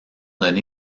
donné